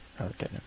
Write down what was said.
Okay